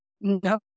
No